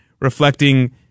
reflecting